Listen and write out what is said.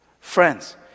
Friends